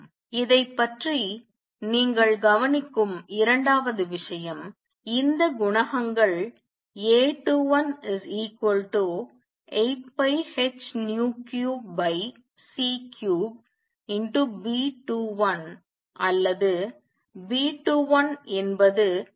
இதைப் பற்றி நீங்கள் கவனிக்கும் இரண்டாவது விஷயம் இந்த குணகங்கள் A21 8πh3c3 B21 அல்லது B21 என்பது A213 ஆகும்